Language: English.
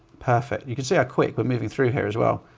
perfect. you can see a quick we're moving through here as well.